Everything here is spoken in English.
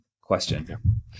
question